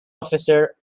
officer